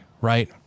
right